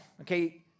okay